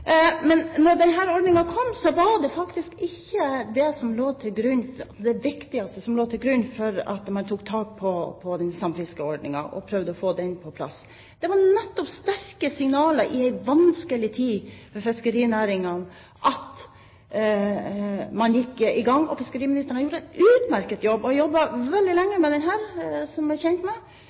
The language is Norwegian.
men at ordningen i tillegg ville gitt et viktig bidrag til miljøet? Jeg synes det er veldig bra at vi får dette miljøperspektivet i denne saken – det er veldig bra. Da denne ordningen kom, var dét faktisk ikke det viktigste som lå til grunn for at man tok tak i samfiskeordningen og prøvde å få den på plass; det var sterke signaler fra fiskerinæringen i en vanskelig tid. Fiskeriministeren har gjort en utmerket jobb. Jeg er kjent med